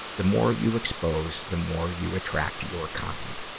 the more you expose, the more you attract your kind.